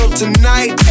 tonight